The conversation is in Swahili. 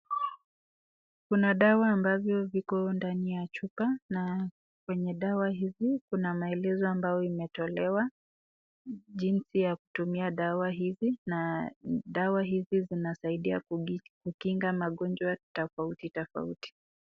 Kuna dawa ambavyo viko ndani ya chupa na maelezo ambayo imetolewa jinzi ya kutumia dawa hizi na dawa hizi zinasaidia kukinga mgonjwa tafauti tafauti.